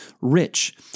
rich